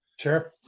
Sure